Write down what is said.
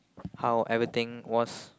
how everything was